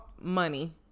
Money